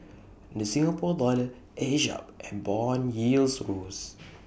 the Singapore dollar edged up and Bond yields rose